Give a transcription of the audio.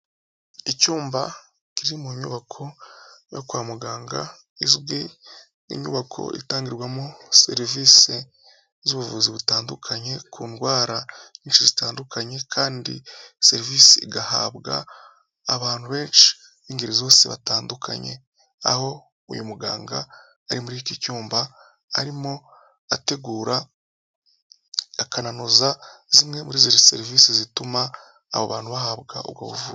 Icyumba kiri mu nyubako yo kwa muganga izwi nk'inyubako itangirwamo serivisi z'ubuvuzi butandukanye, ku ndwara nyinshi zitandukanye, kandi serivisi igahabwa abantu benshi b'ingeri zose batandukanye, aho uyu muganga ari muri iki cyumba, arimo ategura akananoza zimwe muri izi serivisi zituma abo bantu bahabwa ubwo buvuzi.